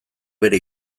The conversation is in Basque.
bere